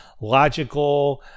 logical